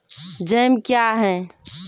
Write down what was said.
Jam क्या हैं?